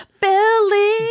billy